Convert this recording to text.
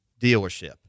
dealership